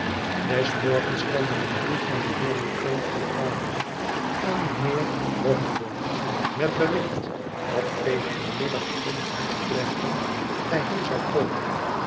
des morgens kwam er een brief van de heeren kenge en carboy aan mijnheer boythorn met bericht dat tegen den middag een van hunne klerken bij hem zou komen